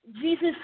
Jesus